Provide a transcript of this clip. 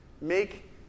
Make